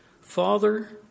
Father